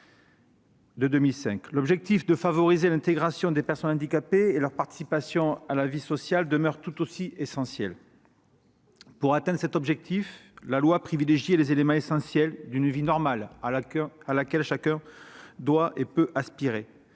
L'objectif de favoriser l'intégration des personnes handicapées et leur participation à la vie sociale demeure tout aussi important. Pour atteindre cet objectif, la loi privilégiait les éléments essentiels d'une vie normale à laquelle chacun aspire